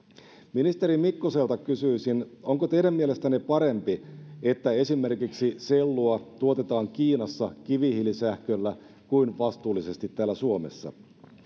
ministeri mikkoselta kysyisin onko teidän mielestänne parempi että esimerkiksi sellua tuotetaan kiinassa kivihiilisähköllä kuin vastuullisesti täällä suomessa